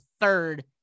third